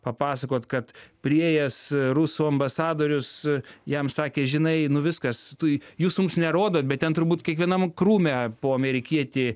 papasakot kad priėjęs rusų ambasadorius jam sakė žinai nu viskas tu jūs mums nerodot bet ten turbūt kiekvienam krūme po amerikietį